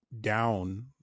down